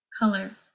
Color